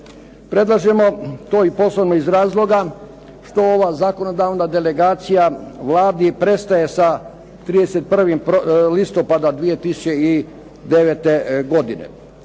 Predlažemo to i posebno iz razloga što ova zakonodavna delegacija Vladi prestaje sa 31. listopada 2009. godine.